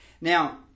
now